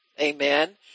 Amen